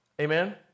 Amen